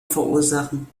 verursachen